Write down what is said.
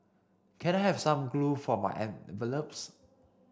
can I have some glue for my envelopes